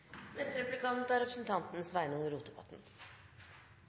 Neste taler er representanten